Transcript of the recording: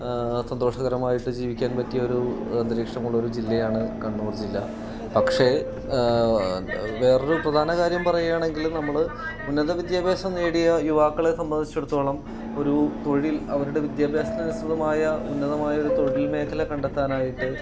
സന്തോഷകരമായിട്ട് ജീവിക്കാൻ പറ്റിയ ഒരു അന്തരീക്ഷമുള്ള ഒരു ജില്ലയാണ് കണ്ണൂർ ജില്ല പക്ഷേ വേറെയൊരു പ്രധാന കാര്യം പറയുകയാണെങ്കിൽ നമ്മൾ ഉന്നത വിദ്യാഭ്യാസം നേടിയ യുവാക്കളെ സംബന്ധിച്ചെടുത്തോളം ഒരു തൊഴിൽ അവരുടെ വിദ്യാഭ്യാസത്തിന് അനുസൃതമായ ഉന്നതമായ ഒരു തൊഴിൽ മേഖല കണ്ടെത്താനായിട്ട്